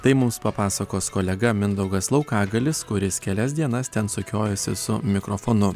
tai mums papasakos kolega mindaugas laukagalis kuris kelias dienas ten sukiojosi su mikrofonu